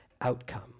outcome